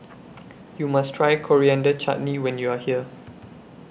YOU must Try Coriander Chutney when YOU Are here